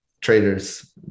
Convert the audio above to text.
traders